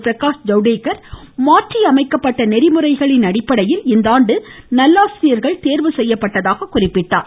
பிரகாஷ் ஜவ்டேகர் மாற்றியமைக்கப்பட்ட நெறிமுறைகள் அடிப்படையில் இந்தாண்டு நல்லாசிரியர் தேர்வு செய்யப்பட்டதாக தெரிவித்துள்ளார்